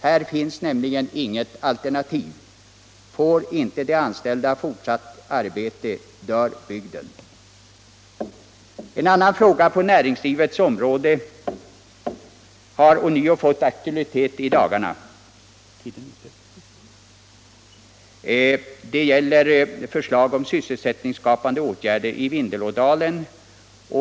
— Här finns nämligen inget alternativ. Får inte de anställda fortsatt arbete dör bygden. En annan fråga på näringslivets område har ånyo fått aktualitet i dagarna. Det gäller förslag till sysselsättningsskapande åtgärder i Vindelådalen.